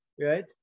Right